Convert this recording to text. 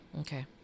Okay